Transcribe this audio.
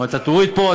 אם אתה תוריד פה,